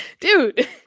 dude